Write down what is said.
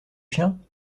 chien